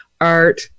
Art